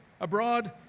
abroad